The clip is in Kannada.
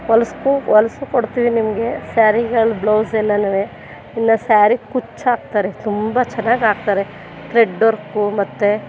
ಹೊಲ್ಸ್ಕೊ ಹೊಲ್ಸಿ ಕೊಡ್ತೀವಿ ನಿಮಗೆ ಸ್ಯಾರಿಗಳು ಬ್ಲೌಸ್ ಎಲ್ಲನೂ ಇನ್ನೂ ಸ್ಯಾರಿಗೆ ಕುಚ್ಚು ಹಾಕ್ತಾರೆ ತುಂಬ ಚೆನ್ನಾಗಿ ಹಾಕ್ತಾರೆ ಥ್ರೆಡ್ ವರ್ಕು ಮತ್ತೆ